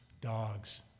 dogs